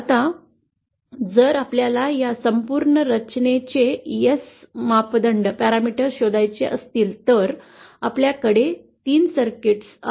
आता जर आपल्याला या संपूर्ण रचनेचे S मापदंड शोधायचे असतील तर आपल्याकडे 3 सर्किट्स आहेत